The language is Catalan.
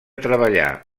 treballar